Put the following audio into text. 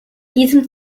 diesem